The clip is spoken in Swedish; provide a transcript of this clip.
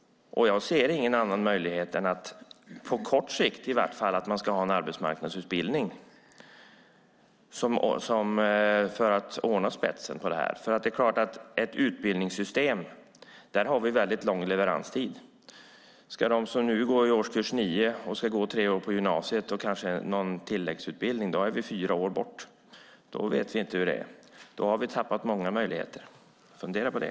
Jag ser ingen annan möjlighet i varje fall på kort sikt än att man ska ha en arbetsmarknadsutbildning för att ordna spetskompetensen. Vi har väldigt lång leveranstid i ett utbildningssystem. Om de som nu går i årskurs 9 ska gå tre år på gymnasiet och kanske någon tilläggsutbildning är vi fyra år framåt, och då vet vi inte hur det är. Då har vi tappat många möjligheter. Fundera på det.